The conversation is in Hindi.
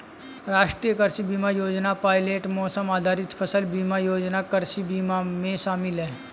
राष्ट्रीय कृषि बीमा योजना पायलट मौसम आधारित फसल बीमा योजना कृषि बीमा में शामिल है